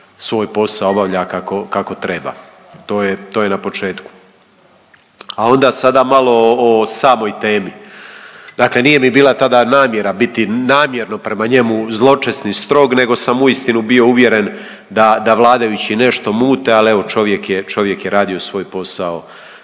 svoj posao obavlja kako treba. To je, to je na početku. A onda sada malo o samoj temi. Dakle, nije mi bila tada namjera biti namjerno prema njemu zločest ni strog nego sam istinu bio uvjeren da vladajući nešto mute, ali evo, čovjek je, čovjek je radio svoj posao